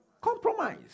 Compromise